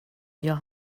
jag